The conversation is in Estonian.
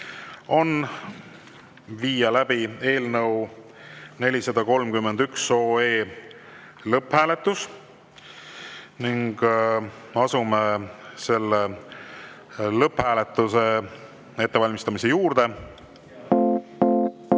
on viia läbi eelnõu 431 lõpphääletus ning asume selle lõpphääletuse ettevalmistamise juurde.